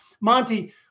Monty